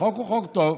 החוק הוא חוק טוב.